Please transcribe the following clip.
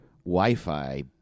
Wi-Fi